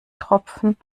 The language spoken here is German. tropfen